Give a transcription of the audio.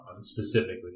specifically